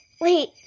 wait